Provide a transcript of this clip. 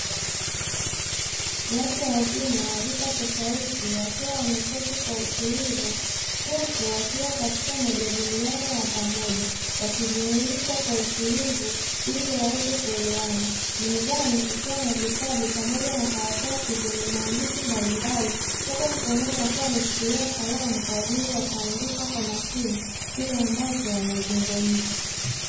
Watu wazima wa rika tofauti, wakiwa wameketi kwa utulivu, huku wakiwa katika majadiliano ya pamoja, wakizungumza kwa utulivu ili waweze kuelewana. Mezani kukiwa na vitabu pamoja na karatasi zenye maandishi mbalimbali, huku mkononi wakiwa wameshikilia kalamu kwa ajili ya kuandika kwa makini kile ambacho wanazungumza.